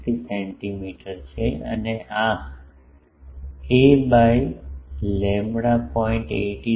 7273 centimetre છે અને આ a બાય લેમ્બડા 0